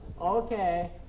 Okay